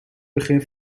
begin